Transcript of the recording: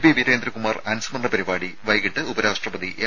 P Veerendrakumar അനുസ്മരണ പരിപാടി വൈകിട്ട് ഉപരാഷ്ട്രപതി എം